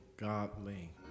godly